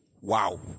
Wow